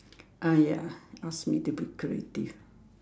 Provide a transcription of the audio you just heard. uh ya ask me to be creative